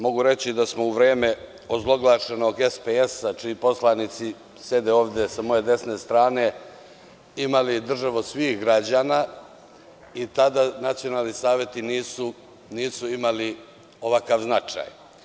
Mogu reći da smo u vreme ozloglašenog SPS, čiji poslanici sede ovde sa moje desne strane, imali državu svih građana i tada nacionalni saveti nisu imali ovakav značaj.